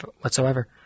whatsoever